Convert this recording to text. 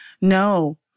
no